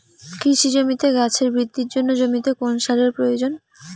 কৃষি জমিতে গাছের বৃদ্ধির জন্য জমিতে কোন সারের প্রয়োজন?